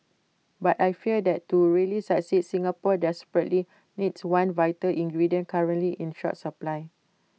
but I fear that to really succeed Singapore desperately needs one vital ingredient currently in short supply